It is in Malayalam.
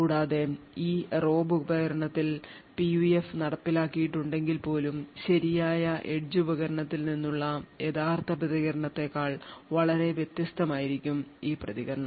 കൂടാതെ ഈ robe ഉപകരണത്തിൽ PUF നടപ്പിലാക്കിയിട്ടുണ്ടെങ്കിൽപ്പോലും ശരിയായ എഡ്ജ് ഉപകരണത്തിൽ നിന്നുള്ള യഥാർത്ഥ പ്രതികരണത്തേക്കാൾ വളരെ വ്യത്യസ്തമായിരിക്കും ഈ പ്രതികരണം